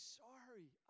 sorry